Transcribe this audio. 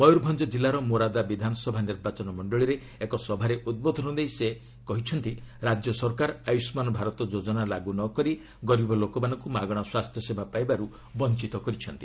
ମୟୂରଭଞ୍ଜ କିଲ୍ଲାର ମୋରାଦା ବିଧାନସଭା ନିର୍ବାଚନ ମଣ୍ଡଳୀରେ ଏକ ସଭାରେ ଉଦ୍ବୋଧନ ଦେଇ ସେ କହିଛନ୍ତି ରାଜ୍ୟ ସରକାର ଆୟୁଷ୍ମାନ୍ ଭାରତ ଯୋଜନା ଲାଗୁ ନକରି ଗରିବ ଲୋକମାନଙ୍କୁ ମାଗଣା ସ୍ୱାସ୍ଥ୍ୟ ସେବା ପାଇବାରୁ ବଞ୍ଚିତ କରିଛନ୍ତି